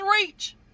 reach